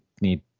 need